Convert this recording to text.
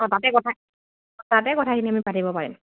অঁ তাতে কথা অঁ তাতে কথাখিনি আমি পাতিব পাৰিম